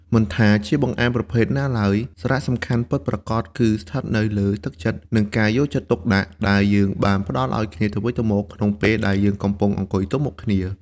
មិនថាជាបង្អែមប្រភេទណាឡើយ សារៈសំខាន់ពិតប្រាកដគឺស្ថិតនៅលើ «ទឹកចិត្ត» និង «ការយកចិត្តទុកដាក់» ដែលយើងបានផ្ដល់ឱ្យគ្នាទៅវិញទៅមកក្នុងពេលដែលយើងកំពុងអង្គុយទល់មុខគ្នា។